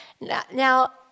Now